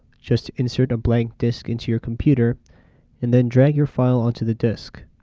just insert a blank disk into your computer and then drag your file onto the disk.